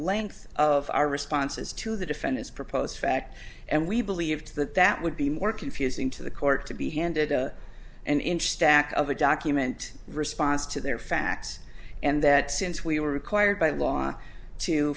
length of our responses to the defendant's proposed fact and we believed that that would be more confusing to the court to be handed an inch stack of a document response to their facts and that since we were required by law to